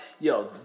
yo